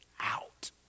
out